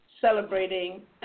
celebrating